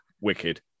Wicked